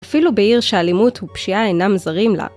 אפילו בעיר שאלימות ופשיעה אינם זרים לה.